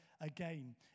again